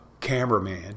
cameraman